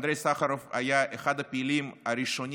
אנדריי סחרוב היה אחד הפעילים הראשונים